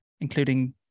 including